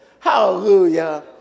Hallelujah